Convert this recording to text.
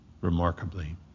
remarkably